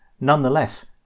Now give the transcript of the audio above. nonetheless